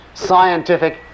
scientific